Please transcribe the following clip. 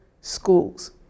schools